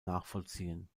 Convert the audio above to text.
nachvollziehen